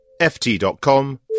ft.com